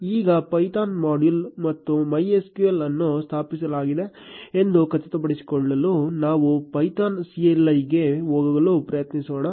ಈಗ python module ಮತ್ತು MySQL ಅನ್ನು ಸ್ಥಾಪಿಸಲಾಗಿದೆ ಎಂದು ಖಚಿತಪಡಿಸಿಕೊಳ್ಳಲು ನಾವು ಪೈಥಾನ್ CLI ಗೆ ಹೋಗಲು ಪ್ರಯತ್ನಿಸೋಣ